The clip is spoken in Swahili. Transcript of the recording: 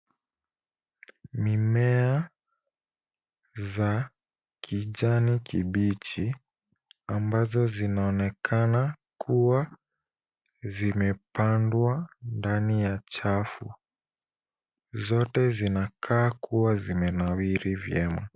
Mimea za kijani kibichi ambazo zinaonekana kuwa zimepandwa ndani ya chafu. Zote zinakaa kuwa zimenawiri vyema.